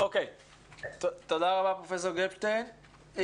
תודה רבה פרופסור גפשטיין.